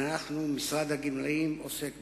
משרד הגמלאים, עוסק בהם.